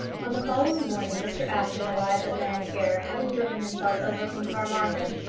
on the following morning mr apjohn arrived at llanfeare, having driven himself over from carmarthen,